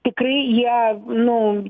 tikrai jie nu